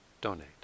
donate